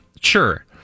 sure